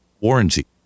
warranty